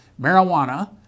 Marijuana